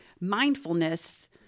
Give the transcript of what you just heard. mindfulness